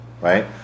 right